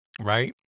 right